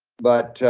but